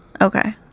okay